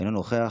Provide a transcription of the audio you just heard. אינו נוכח,